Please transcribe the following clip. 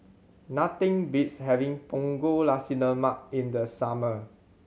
nothing beats having Punggol Nasi Lemak in the summer